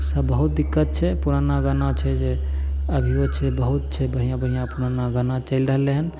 सब बहुत दिक्कत छै बहुत पुराना गाना छै जे अभियो छै बहुत छै बढ़िआँ बढ़िआँ पुराना गाना चलि रहलै हन